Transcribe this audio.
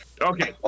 Okay